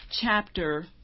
chapter